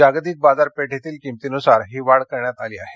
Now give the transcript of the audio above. जागतिक बाजारपेठेतील किमतीनुसार ही वाढ करण्यात आली आहे